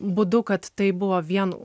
būdu kad tai buvo vien